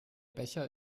becher